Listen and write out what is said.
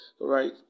right